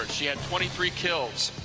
she had twenty three kills,